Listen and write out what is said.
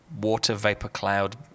water-vapor-cloud